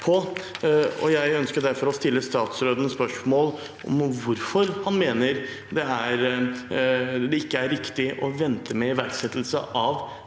Jeg ønsker derfor å stille statsråden spørsmål om hvorfor han mener det ikke er riktig å vente med iverksettelse av